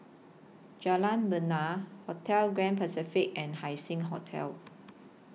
Jalan Bena Hotel Grand Pacific and Haising Hotel